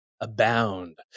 abound